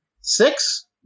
Six